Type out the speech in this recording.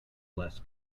less